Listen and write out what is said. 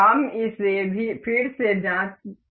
हम इसे फिर से जांच सकते हैं